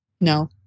No